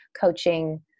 coaching